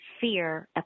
fear